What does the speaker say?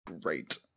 great